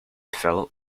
philip